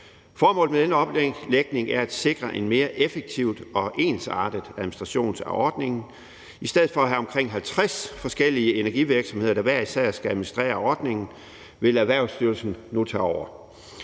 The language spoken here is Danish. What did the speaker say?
Formålet med denne omlægning er at sikre en mere effektiv og ensartet administration af ordningen. I stedet for at have omkring 50 forskellige energivirksomheder, der hver især skal administrere ordningen, vil Erhvervsstyrelsen nu tage over.